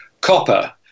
Copper